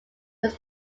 was